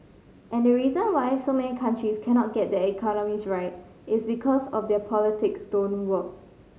and the reason why so many countries cannot get their economies right it's because their politics don't work